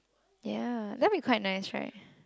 ya that will be quite nice right